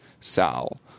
Sal